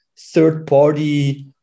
third-party